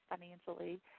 financially